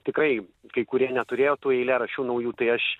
tikrai kai kurie neturėjo tų eilėraščių naujų tai aš